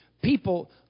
People